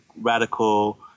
radical